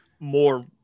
more